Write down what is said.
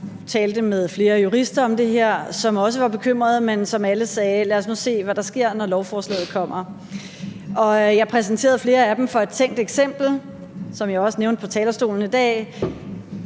jeg talte med flere jurister om det her, som også var bekymrede, men som alle sagde: Lad os nu se, hvad der sker, når lovforslaget kommer. Og jeg præsenterede flere af dem for et tænkt eksempel, som jeg også nævnte fra talerstolen i dag: